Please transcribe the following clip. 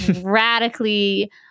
radically